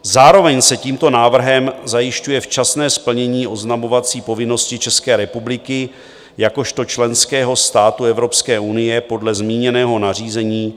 Zároveň se tímto návrhem zajišťuje včasné splněné oznamovací povinnosti České republiky jakožto členského státu Evropské unie podle zmíněného nařízení 2019/1753.